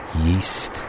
yeast